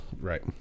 right